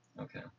Okay